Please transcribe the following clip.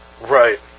Right